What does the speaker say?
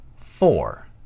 four